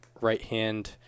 right-hand